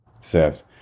says